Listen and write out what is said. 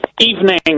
Evening